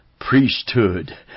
priesthood